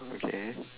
okay